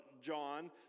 John